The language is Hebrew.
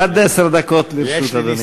עד עשר דקות לרשות אדוני.